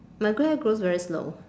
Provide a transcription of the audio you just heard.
my grey hair grows very slow